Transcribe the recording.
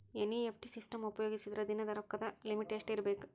NEFT system ಉಪಯೋಗಿಸಿದರ ದಿನದ ರೊಕ್ಕದ ಲಿಮಿಟ್ ಎಷ್ಟ ಇರಬೇಕು?